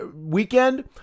weekend